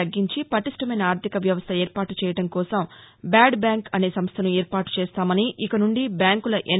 తగ్గించి పటిష్ణమైన ఆర్ణిక వ్యవస్థ ఏర్పాటు చేయడం కోసం బ్యాడ్ బ్యాంక్ అనే సంస్టను ఏర్పాటు చేస్తామని ఇక నుండి బ్యాంకుల ఎన్